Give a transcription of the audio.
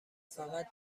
فقط